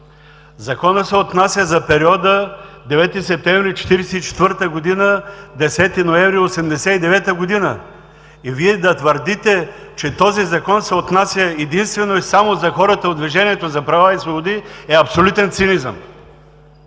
Законът се отнася за периода 9 септември 1944 г. – 10 ноември 1989 г. Вие да твърдите, че този Закон се отнася единствено и само за хората от Движението за права и свободи, е абсолютен цинизъм.